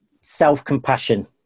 self-compassion